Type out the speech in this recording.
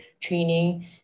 training